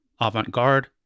Avant-garde